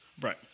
Right